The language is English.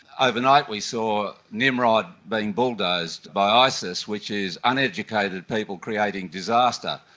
overnight we saw nimrod being bulldozed by isis, which is uneducated people creating disaster.